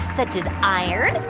such as iron,